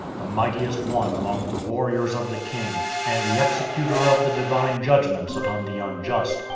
the mightiest one among the warriors of the king, and the executor of the divine judgments upon the unjust.